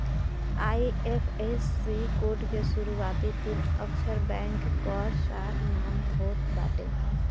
IFSC code के शुरूआती तीन अक्षर बैंक कअ शार्ट नाम होत बाटे